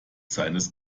seines